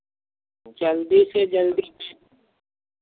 जल्दी से जल्दी